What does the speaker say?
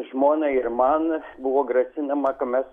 žmonai ir man buvo grasinama ka mes